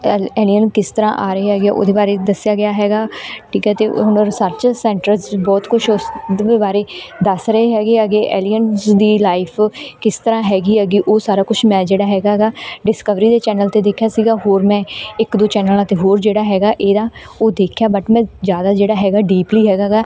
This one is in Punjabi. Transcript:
ਐਲ ਐਲੀਅਨ ਕਿਸ ਤਰ੍ਹਾਂ ਆ ਰਹੇ ਹੈਗੇ ਹੈ ਉਹਦੇ ਬਾਰੇ ਦੱਸਿਆ ਗਿਆ ਹੈਗਾ ਠੀਕ ਹੈ ਅਤੇ ਹੁਣ ਰਿਸਰਚ ਸੈਂਟਰਸ 'ਚ ਬਹੁਤ ਕੁਛ ਉਸ ਦੇ ਬਾਰੇ ਦੱਸ ਰਹੇ ਹੈਗੇ ਐਗੇ ਐਲੀਅਨਸ ਦੀ ਲਾਈਫ ਕਿਸ ਤਰ੍ਹਾਂ ਹੈਗੀ ਐਗੀ ਉਸ ਸਾਰਾ ਕੁਛ ਮੈਂ ਜਿਹੜਾ ਹੈਗਾ ਗਾ ਡਿਸਕਵਰੀ ਦੇ ਚੈਨਲ 'ਤੇ ਦੇਖਿਆ ਸੀਗਾ ਹੋਰ ਮੈਂ ਇੱਕ ਦੋ ਚੈਨਲਾਂ 'ਤੇ ਹੋਰ ਜਿਹੜਾ ਹੈਗਾ ਇਹਦਾ ਉਹ ਦੇਖਿਆ ਬੱਟ ਮੈਂ ਜ਼ਿਆਦਾ ਜਿਹੜਾ ਹੈਗਾ ਡੀਪਲੀ ਹੈਗਾ ਗਾ